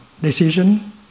decision